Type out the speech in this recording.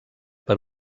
per